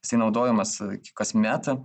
jisai naudojamas kasmet